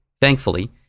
Thankfully